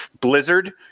blizzard